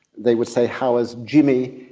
they would say, how is jimmy?